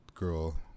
girl